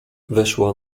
weszła